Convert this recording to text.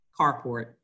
carport